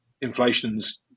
inflation's